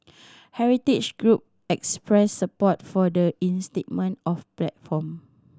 heritage group expressed support for the reinstatement of platform